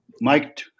Mike